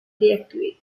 detective